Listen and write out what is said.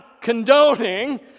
condoning